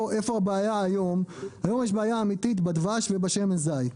היום יש בעיה אמיתית בדבש ובשמן זית.